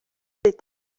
est